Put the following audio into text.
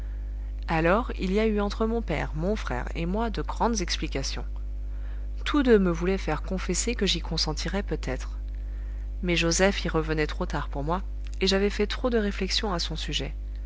alors il y a eu entre mon père mon frère et moi de grandes explications tous deux me voulaient faire confesser que j'y consentirais peut-être mais joseph y revenait trop tard pour moi et j'avais fait trop de réflexions à son sujet